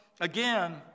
again